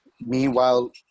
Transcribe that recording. Meanwhile